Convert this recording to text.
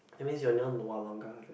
that means you are near is it